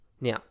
Now